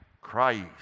Christ